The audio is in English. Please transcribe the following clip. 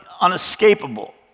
unescapable